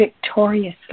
victoriously